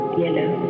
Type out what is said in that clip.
yellow